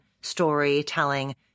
storytelling